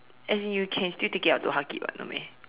as in you can still take it out to hug it [what] no meh